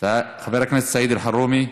חבר הכנסת סעיד אלחרומי,